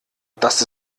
das